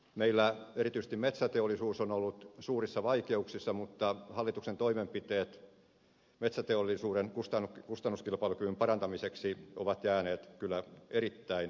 meillä erityisesti metsäteollisuus on ollut suurissa vaikeuksissa mutta hallituksen toimenpiteet metsäteollisuuden kustannuskilpailukyvyn parantamiseksi ovat jääneet kyllä erittäin vaatimattomiksi